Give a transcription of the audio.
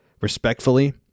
respectfully